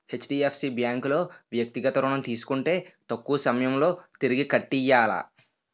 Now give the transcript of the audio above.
HDFC bank లో వ్యక్తిగత ఋణం తీసుకుంటే తక్కువ సమయంలో తిరిగి కట్టియ్యాల